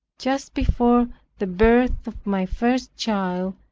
just before the birth of my first child,